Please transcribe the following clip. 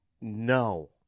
No